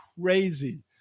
crazy